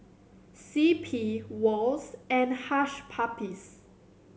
C P Wall's and Hush Puppies